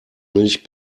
milch